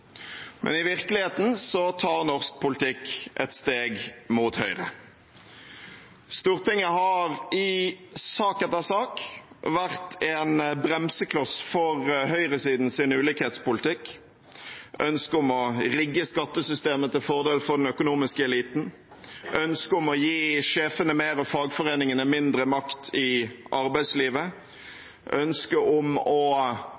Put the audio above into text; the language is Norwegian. men i virkeligheten tar norsk politikk et steg mot høyre. Stortinget har i sak etter sak vært en bremsekloss for høyresidens ulikhetspolitikk, ønsket om å rigge skattesystemet til fordel for den økonomiske eliten, ønsket om å gi sjefene mer og fagforeningene mindre makt i arbeidslivet, ønsket om å